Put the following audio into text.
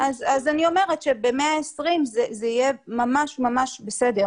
אז אני אומרת שב-120 זה יהיה ממש ממש בסדר,